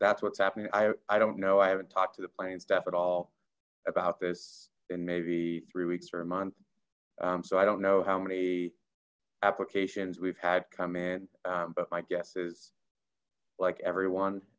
that's what's happening i don't know i haven't talked to the planning staff at all about this in maybe three weeks or a month so i don't know how many applications we've had come in but my guess is like everyone